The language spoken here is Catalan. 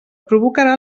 provocarà